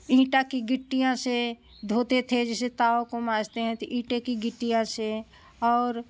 ईंटा की गिट्टियों से धोते थे जैसे तबा कों माँजते हैं तो ईंटे कि गिट्टियां से और